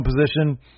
position